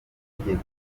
itegeko